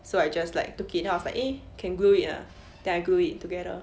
so I just like took it then I was like eh can glue it lah then I glued it together